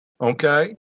okay